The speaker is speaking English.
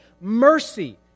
mercy